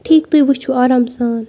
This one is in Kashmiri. ٹھیٖک تُہۍ وٕچھِو آرام سان